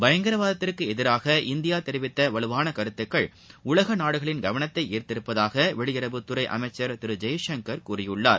பயங்கரவாதத்திற்கு எதிராக இந்தியா தெரிவித்த வலுவான கருத்துகள் உலக நாடுகளில் கவனத்தை ஈர்த்திருப்பதாக வெளியுறவுத் துறை அமைச்சர் திரு ஜெய்சங்கர் கூறியுள்ளார்